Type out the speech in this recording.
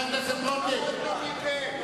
למדנו מכם.